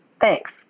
Thanks